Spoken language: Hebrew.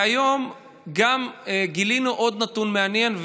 והיום גם גילינו עוד נתון מעניין,